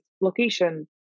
location